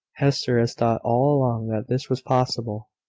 hester has thought all along that this was possible.